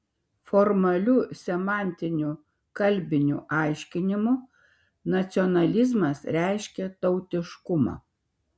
formaliu semantiniu kalbiniu aiškinimu nacionalizmas reiškia tautiškumą